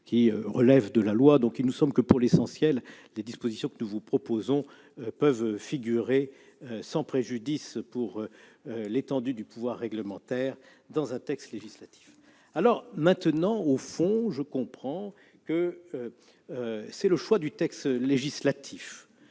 également de la loi. Il nous semble que, pour l'essentiel, les dispositions que nous vous proposons peuvent figurer, sans préjudice pour l'étendue du pouvoir réglementaire, dans un texte législatif. Par ailleurs, si je comprends bien, le problème, c'est le choix du texte législatif.